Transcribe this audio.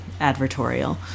advertorial